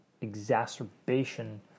exacerbation